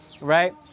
right